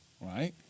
right